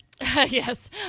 Yes